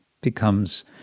becomes